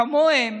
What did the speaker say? כמוהם,